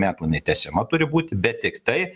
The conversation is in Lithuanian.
metų netęsiama turi būti bet tiktai